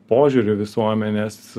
požiūrį visuomenės